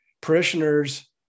parishioners